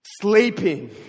Sleeping